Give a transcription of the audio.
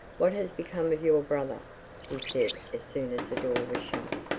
what has become of your brother he said, as soon as the door was shut.